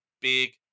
big